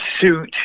suit